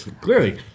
Clearly